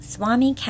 Swami